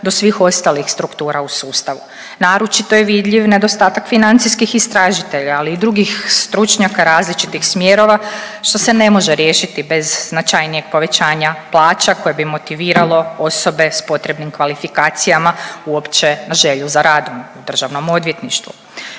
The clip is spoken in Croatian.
do svih ostalih struktura u sustavu. Naročito je vidljiv nedostatak financijskih istražitelja, ali i drugih stručnjaka različitih smjerova, što se ne može riješiti bez značajnijeg povećanja plaća koje bi motiviralo osobe s potrebnim kvalifikacijama uopće na želju za radom u Državnom odvjetništvu.